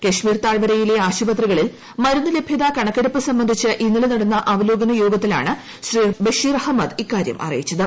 കശ്മീർ താഴ്വരയിലെ ആശുപത്രികളിൽ മരുന്നു ലഭ്യതാ കണക്കെടുപ്പ് സംബന്ധിച്ച് ഇന്നലെ നടന്ന അവലോകന യോഗത്തിലാണ് ശ്രീ ബഷീർ അഹമ്മദ് ഇക്കാര്യം അറിയിച്ചത്